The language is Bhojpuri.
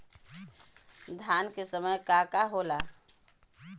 धान के समय का का होला?